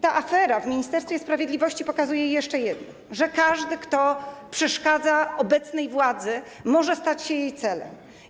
Ta afera w Ministerstwie Sprawiedliwości pokazuje jeszcze jedno - że każdy, kto przeszkadza obecnej władzy, może stać się jej celem.